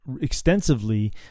extensively